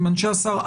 עם אנשי השר,